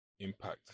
impact